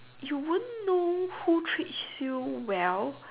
you won't know who treats you well